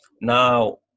Now